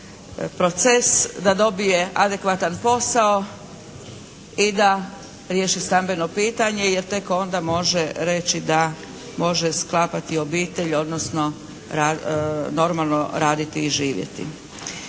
proces da dobije adekvatan posao i da riješi stambeno pitanje jer tek onda može reći da može sklapati obitelj odnosno normalno raditi i živjeti.